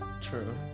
True